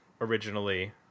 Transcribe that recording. originally